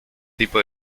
tipo